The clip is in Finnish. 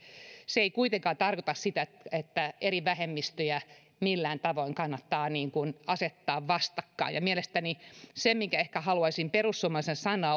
se ei kuitenkaan tarkoita sitä että eri vähemmistöjä millään tavoin kannattaa asettaa vastakkain ja mielestäni se minkä ehkä haluaisin perussuomalaisille sanoa